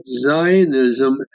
Zionism